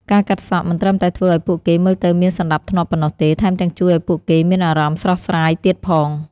ការកាត់សក់មិនត្រឹមតែធ្វើឱ្យពួកគេមើលទៅមានសណ្ដាប់ធ្នាប់ប៉ុណ្ណោះទេ ថែមទាំងជួយឱ្យពួកគេមានអារម្មណ៍ស្រស់ស្រាយទៀតផង។